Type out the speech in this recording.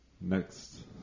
next